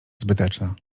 zbyteczna